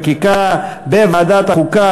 לאכיפת תשלום מסים ולהרתעה מפני הלבנת הון) (תיקוני חקיקה והוראת שעה),